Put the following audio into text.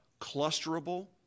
clusterable